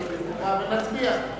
ונצביע.